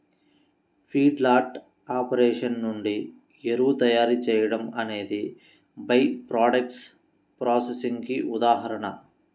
feedlot operation నుండి ఎరువు తయారీ చేయడం అనేది బై ప్రాడక్ట్స్ ప్రాసెసింగ్ కి ఉదాహరణ